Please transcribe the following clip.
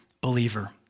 believer